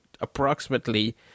approximately